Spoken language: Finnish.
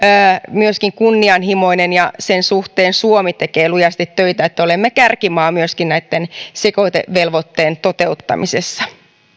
myöskin kunnianhimoinen ja sen suhteen suomi tekee lujasti töitä että olemme kärkimaa myöskin tässä sekoitevelvoitteen toteuttamisessa